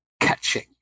catching